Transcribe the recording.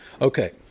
Okay